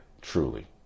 truly